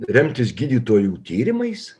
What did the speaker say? remtis gydytojų tyrimais